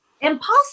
Impossible